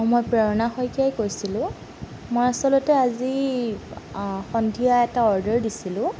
মই প্ৰেৰণা শইকীয়াই কৈছিলোঁ মই আচলতে আজি সন্ধিয়া এটা অৰ্ডাৰ দিছিলোঁ